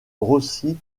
rossi